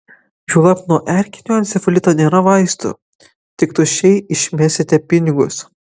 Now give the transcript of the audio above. juolab nuo erkinio encefalito nėra vaistų tik tuščiai išmesite pinigus